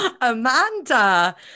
Amanda